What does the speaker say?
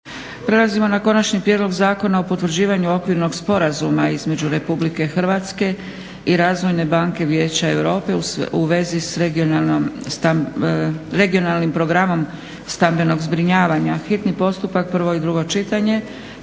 Prelazimo na: - Konačni prijedlog Zakona o potvrđivanju Okvirnog sporazuma između republike Hrvatske i Razvojne banke Vijeća Europske u vezi s regionalnim programom stambenog zbrinjavanja, hitni postupak, prvo i drugo čitanje,